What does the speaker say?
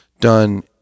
done